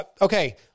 Okay